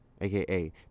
AKA